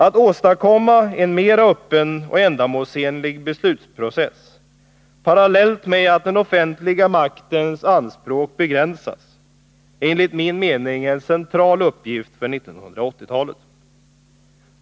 Att åstadkomma en mera öppen och ändamålsenlig beslutsprocess, parallellt med att den offentliga maktens anspråk begränsas, är enligt min mening en central uppgift för 1980-talet.